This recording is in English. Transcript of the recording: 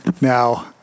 Now